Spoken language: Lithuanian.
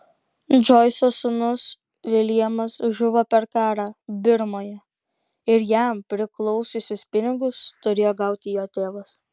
džoiso sūnus viljamas žuvo per karą birmoje ir jam priklausiusius pinigus turėjo gauti jo tėvas